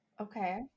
Okay